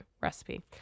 recipe